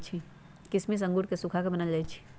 किशमिश अंगूर के सुखा कऽ बनाएल जाइ छइ